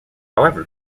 however